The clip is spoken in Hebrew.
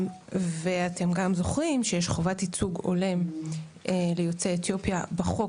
ואתם גם זוכרים שיש חובת ייצוג הולם ליוצאי אתיופיה בחוק